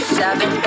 seven